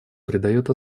придает